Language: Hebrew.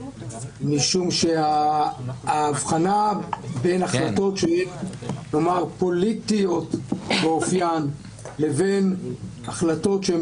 משום שההבחנה בין החלטות פוליטיות באופיין לבין החלטות שהן